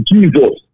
Jesus